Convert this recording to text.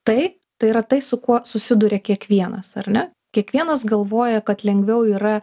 tai tai yra tai su kuo susiduria kiekvienas ar ne kiekvienas galvoja kad lengviau yra